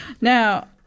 Now